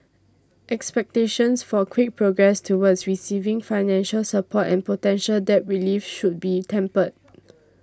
expectations for quick progress toward receiving financial support and potential debt relief should be tempered